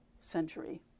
century